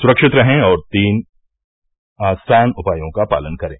सुरक्षित रहें और इन तीन आसान उपायों का पालन करें